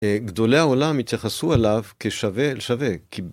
גדולי העולם התייחסו אליו כשווה אל שווה. כי...